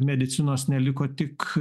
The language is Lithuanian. medicinos neliko tik